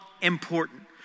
important